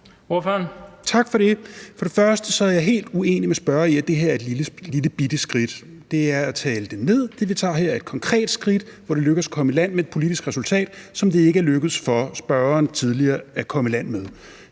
Petersen (RV): Tak for det. For det første er jeg helt uenig med spørger i, at det her er et lillebitte skridt; det er at tale det ned. Det, vi tager her, er et konkret skridt, hvor det lykkes at komme i land med et politisk resultat, som det ikke er lykkedes for spørgeren tidligere at komme i land med.